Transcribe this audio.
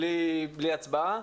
בלי הצבעה.